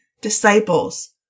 disciples